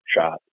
shot